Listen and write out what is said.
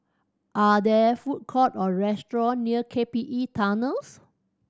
are there food courts or restaurants near K P E Tunnel